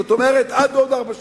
זאת אומרת, עד עוד ארבע שנים.